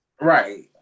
Right